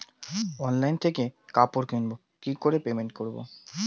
Online থেকে কাপড় কিনবো কি করে পেমেন্ট করবো?